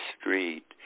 street